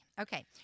Okay